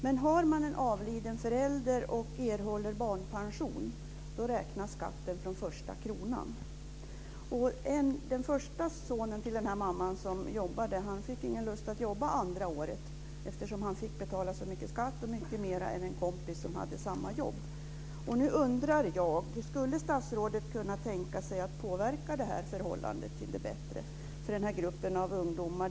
Men om man har en avliden förälder och erhåller barnpension räknas skatten från första kronan. Den första sonen till den här mamman som jobbade hade ingen lust att jobba det andra året eftersom han fick betala så mycket skatt, mycket mer än en kompis som hade samma jobb. Nu undrar jag om statsrådet skulle kunna tänka sig att påverka det här förhållandet till det bättre för den här gruppen av ungdomar.